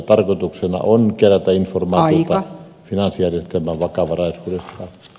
tarkoituksena on kerätä informaatiota finanssijärjestelmän vakavaraisuudesta